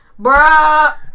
Bruh